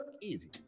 Easy